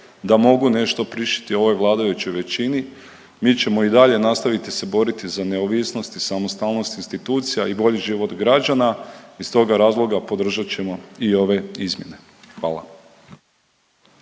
da mogu nešto prišiti ovoj vladajućoj većini mi ćemo i dalje nastavit se boriti za neovisnost i samostalnost institucija i bolji život građana, iz toga razloga podržat ćemo i ove izmjene, hvala.